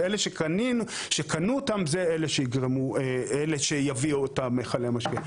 שאלה שקנו אותם זה אלה שיביאו את אותם מכלי משקה.